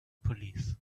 police